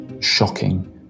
shocking